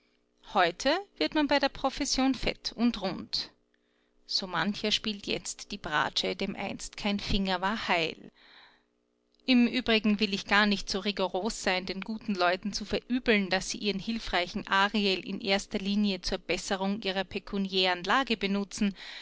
heute wird man bei der profession fett und rund so mancher spielt jetzt die bratsche dem einst kein finger war heil im übrigen will ich gar nicht so rigoros sein den guten leuten zu verübeln daß sie ihren hilfreichen ariel in erster linie zur besserung ihrer pekuniären lage benutzen